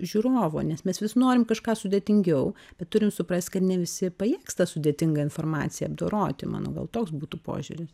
žiūrovo nes mes vis norim kažką sudėtingiau bet turim suprasti kad ne visi pajėgs tą sudėtingą informaciją apdoroti mano gal toks būtų požiūris